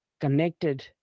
connected